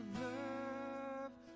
love